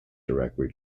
directly